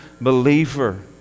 believer